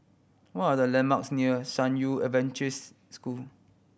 what are the landmarks near San Yu Adventist School